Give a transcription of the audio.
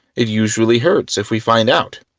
it usually hurts if we find out.